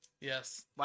Yes